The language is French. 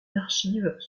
archives